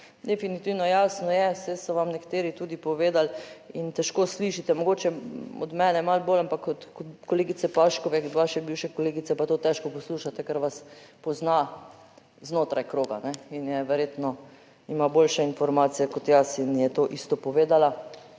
definitivno jasno je, saj so vam nekateri tudi povedali in težko slišite mogoče, od mene malo bolj, ampak od kolegice Paškove, vaše bivše kolegice, pa to težko poslušate, ker vas pozna znotraj kroga in verjetno ima boljše informacije kot jaz in je to isto povedala.